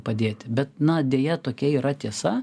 padėti bet na deja tokia yra tiesa